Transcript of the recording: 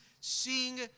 Sing